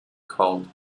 called